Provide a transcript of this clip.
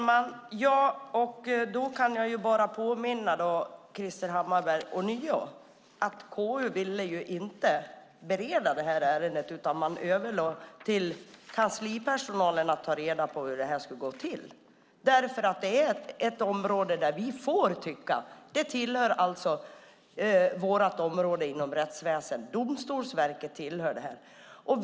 Fru talman! Jag påminner Krister Hammarbergh om att KU inte ville bereda detta ärende, utan man överlät åt kanslipersonalen att ta reda på hur detta skulle gå till eftersom det är ett område där vi får tycka. Det hör till vårt område i rättsväsendet. Domstolsverket hör till detta.